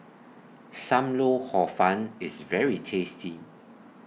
SAM Lau Hor Fun IS very tasty